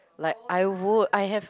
like I would I have